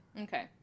Okay